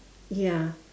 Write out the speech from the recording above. ya